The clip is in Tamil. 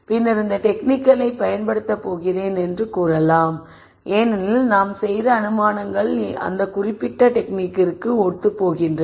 பின்னர் இந்த டெக்னிக்கை பயன்படுத்தப் போகிறேன் என்று கூறலாம் ஏனெனில் நாம் செய்த அனுமானங்கள் அந்த குறிப்பிட்ட டெக்னிக்கிற்கு ஒத்துப்போகின்றன